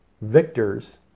victors